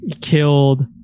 killed